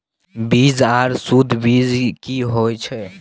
बीज आर सुध बीज की होय छै?